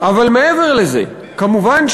אבל מעבר לזה יש, כמובן,